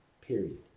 Period